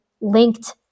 linked